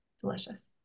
Delicious